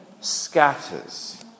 scatters